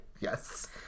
Yes